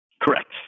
Correct